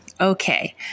Okay